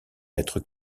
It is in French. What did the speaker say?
être